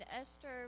Esther